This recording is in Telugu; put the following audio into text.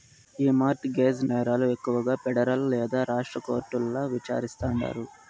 ఈ మార్ట్ గేజ్ నేరాలు ఎక్కువగా పెడరల్ లేదా రాష్ట్ర కోర్టుల్ల విచారిస్తాండారు